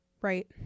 Right